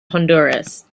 honduras